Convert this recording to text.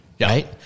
Right